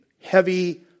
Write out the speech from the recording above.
heavy